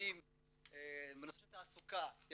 זו הערה חשובה כי